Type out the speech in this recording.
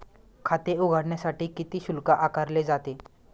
खाते उघडण्यासाठी किती शुल्क आकारले जाते?